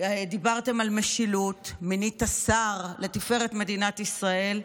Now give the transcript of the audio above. דיברתם על משילות, מינית שר לתפארת מדינת ישראל.